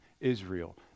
Israel